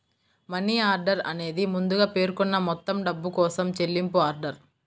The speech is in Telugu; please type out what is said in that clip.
మనీ ఆర్డర్ అనేది ముందుగా పేర్కొన్న మొత్తం డబ్బు కోసం చెల్లింపు ఆర్డర్